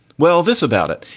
well, this about it.